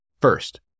First